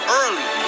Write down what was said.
early